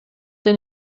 den